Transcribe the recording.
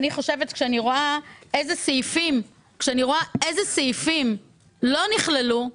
כשאני רואה אילו סעיפים לא נכללו,